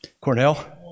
Cornell